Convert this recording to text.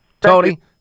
Tony